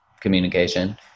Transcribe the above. communication